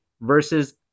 versus